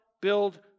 build